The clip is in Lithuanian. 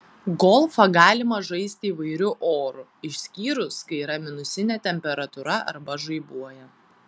golfą galima žaisti įvairiu oru išskyrus kai yra minusinė temperatūra arba žaibuoja